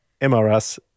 MRS